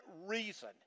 reason